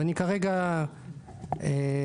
ואני כרגע עוזב,